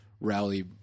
rally